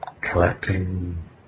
collecting